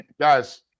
Guys